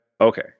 Okay